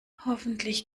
hoffentlich